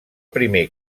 primer